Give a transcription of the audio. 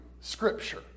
scripture